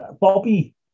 Bobby